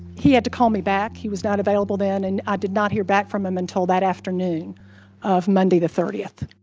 he had to call me back. he was not available then. and i did not hear back from him until that afternoon of monday the thirty